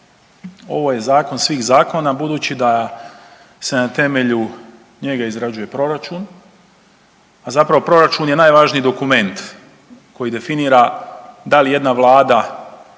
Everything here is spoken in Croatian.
ovo je zakon svih zakona budući da se na temelju njega izrađuje proračun, a zapravo proračun je najvažniji dokument koji definira da li jedna vlada